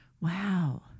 Wow